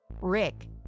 Rick